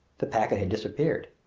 the packet had disappeared.